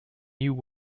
new